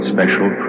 Special